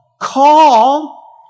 call